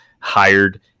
hired